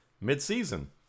mid-season